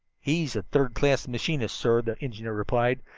he's a third-class machinist, sir, the engineer replied.